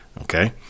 okay